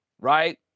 right